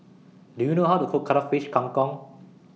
Do YOU know How to Cook Cuttlefish Kang Kong